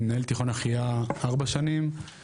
מנהל תיכון אחיה ארבע שנים,